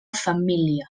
família